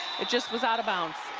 it just was out of bounds